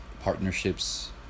partnerships